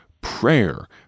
prayer